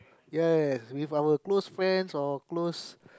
ya ya yes with our close friends or close